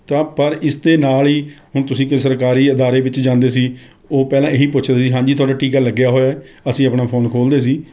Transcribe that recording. ਤਾਂ ਪਰ ਇਸ ਦੇ ਨਾਲ ਹੀ ਹੁਣ ਤੁਸੀਂ ਕੋਈ ਸਰਕਾਰੀ ਅਦਾਰੇ ਵਿੱਚ ਜਾਂਦੇ ਸੀ ਉਹ ਪਹਿਲਾਂ ਇਹੀ ਪੁੱਛਦੇ ਸੀ ਹਾਂਜੀ ਤੁਹਾਡਾ ਟੀਕਾ ਲੱਗਿਆ ਹੋਇਆ ਹੈ ਅਸੀਂ ਆਪਣਾ ਫੋਨ ਖੋਲ੍ਹਦੇ ਸੀ